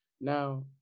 Now